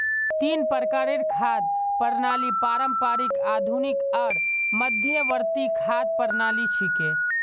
तीन प्रकारेर खाद्य प्रणालि पारंपरिक, आधुनिक आर मध्यवर्ती खाद्य प्रणालि छिके